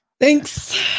Thanks